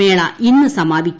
മേള ഇന്ന് സമാപിക്കും